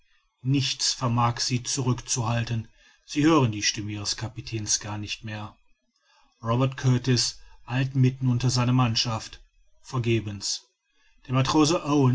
nichts vermag sie zurück zu halten sie hören die stimme ihres kapitäns gar nicht mehr robert kurtis eilt mitten unter seine mannschaft vergebens der matrose